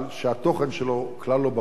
שהתוכן שלו כלל לא ברור.